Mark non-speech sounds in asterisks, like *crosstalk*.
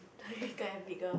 *breath* and bigger